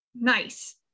Nice